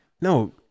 No